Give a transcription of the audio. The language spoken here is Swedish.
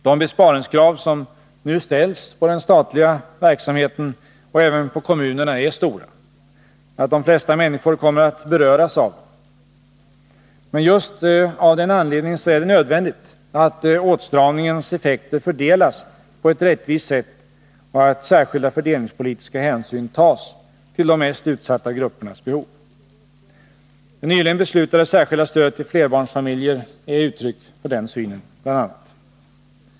De besparingskrav som nu ställs på den statliga verksamheten, och även på kommunerna, är så stora, att de flesta människor kommer att beröras av den. Men just av den anledningen är det nödvändigt att åtstramningens effekter fördelas på ett rättvist sätt och att särskilda fördelningspolitiska hänsyn tas till de mest utsatta gruppernas behov. Det nyligen beslutade särskilda stödet till flerbarnsfamiljer är bl.a. uttryck för denna syn.